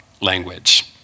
language